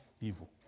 evil